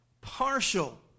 partial